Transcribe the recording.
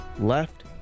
left